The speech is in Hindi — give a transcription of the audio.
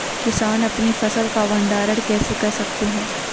किसान अपनी फसल का भंडारण कैसे कर सकते हैं?